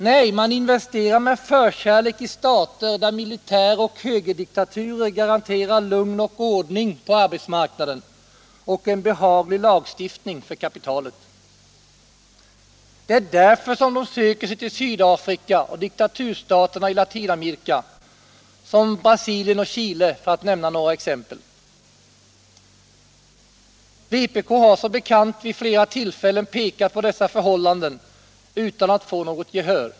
Nej, man investerar med förkärlek i stater där militär och högerdiktaturer garanterar lugn och ordning på arbetsmarknaden och en behaglig lagstiftning för kapitalet. Det är därför som man söker sig till Sydafrika och diktaturstater i Latinamerika som Brasilien och Chile, för att nämna några exempel. Vpk har som bekant vid flera tillfällen pekat på dessa förhållanden utan att få något gehör.